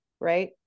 Right